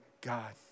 God